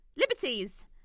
liberties